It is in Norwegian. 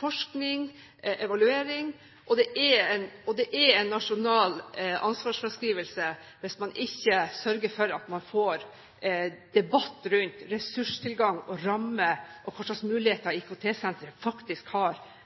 forskning og evaluering, og det er en nasjonal ansvarsfraskrivelse hvis man ikke sørger for at man får debatt rundt ressurstilgang og rammer og hva slags muligheter IKT-senteret faktisk har